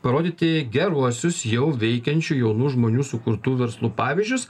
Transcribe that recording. parodyti geruosius jau veikiančių jaunų žmonių sukurtų verslų pavyzdžius